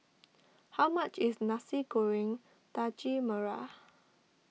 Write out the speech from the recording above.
how much is Nasi Goreng Daging Merah